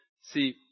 See